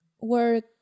work